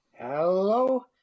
Hello